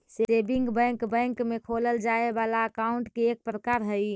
saving bank bank में खोलल जाए वाला अकाउंट के एक प्रकार हइ